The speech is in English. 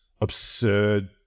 absurd